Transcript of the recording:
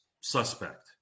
suspect